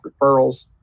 referrals